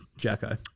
Jacko